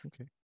Okay